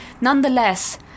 Nonetheless